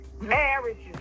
Marriages